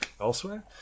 elsewhere